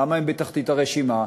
למה הם בתחתית הרשימה?